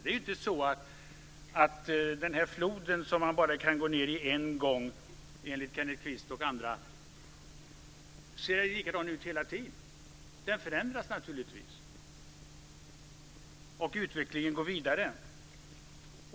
Det är inte så att den här floden som man bara kan gå ned i en gång, enligt Kenneth Kvist och andra, ser likadan ut hela tiden. Den förändras naturligtvis, och utvecklingen går vidare.